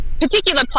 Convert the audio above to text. particular